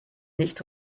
nicht